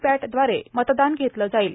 पप्ट दवारे मतदान घेतलं जाईल